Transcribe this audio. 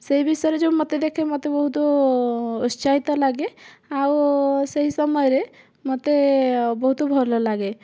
ସେଇ ବିଷୟରେ ଯେଉଁ ମୋତେ ଦେଖେ ମୋତେ ବହୁତ ଉତ୍ସାହିତ ଲାଗେ ଆଉ ସେହି ସମୟରେ ମୋତେ ବହୁତ ଭଲ ଲାଗେ